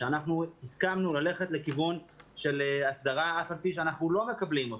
אנחנו הסכמנו ללכת לכיוון של הסדרה אף אל פי שאנחנו לא מקבלים אותנו.